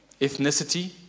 Ethnicity